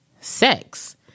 sex